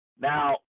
Now